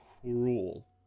cruel